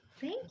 Thank